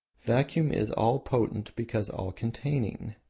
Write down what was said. vacuum is all potent because all containing.